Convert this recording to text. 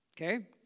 Okay